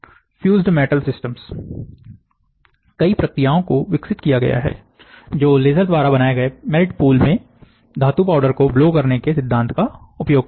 fused metal deposition system कई प्रक्रियाओं को विकसित किया गया है जो लेजर द्वारा बनाए गए मेल्ट पूल में धातु पाउडर को ब्लो करने के सिद्धांत का उपयोग करता है